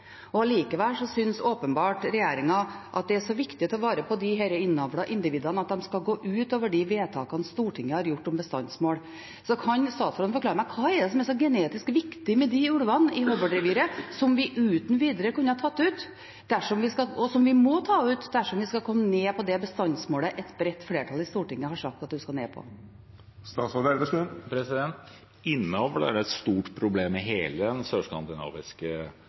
og allikevel synes åpenbart regjeringen at det er så viktig å ta vare på disse innavlede individene at en skal gå utover de vedtakene Stortinget har gjort om bestandsmål. Kan statsråden forklare meg hva det er som er så genetisk viktig med ulvene i Hobøl-reviret, som vi uten videre kunne tatt ut, og som vi må ta ut dersom vi skal komme ned på det bestandsmålet et bredt flertall i Stortinget har sagt at en skal ned på? Innavl er et stort problem i hele den sørskandinaviske